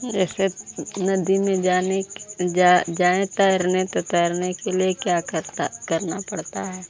जैसे नदी में जाने क जा जा जाए तैरने के तैरने के लिए क्या क्या उपाय करना पड़ता है